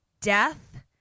death